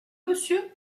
monsieur